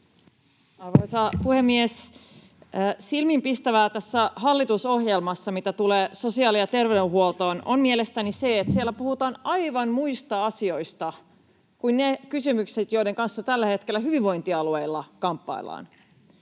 Arvoisa puhemies! Silmiinpistävää tässä hallitusohjelmassa, mitä tulee sosiaali- ja terveydenhuoltoon, on mielestäni se, että siellä puhutaan aivan muista asioista kuin niistä kysymyksistä, joiden kanssa tällä hetkellä hyvinvointialueilla kamppaillaan.